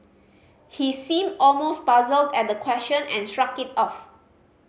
he seemed almost puzzled at the question and shrugged it off